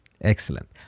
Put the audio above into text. Excellent